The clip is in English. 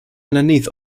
underneath